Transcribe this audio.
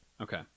Okay